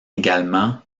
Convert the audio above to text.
également